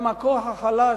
הם הכוח החלש,